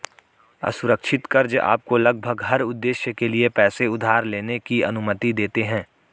असुरक्षित कर्ज़ आपको लगभग हर उद्देश्य के लिए पैसे उधार लेने की अनुमति देते हैं